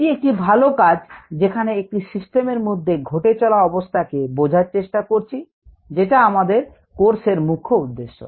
এটা একটি ভালো কাজ যেখানে একটি সিস্টেমের মধ্যে ঘটে চলা অবস্থাকে বোঝার চেষ্টা করছি যেটা আমাদের কোর্সের মুখ্য উদ্দেশ্য